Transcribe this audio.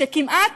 שכמעט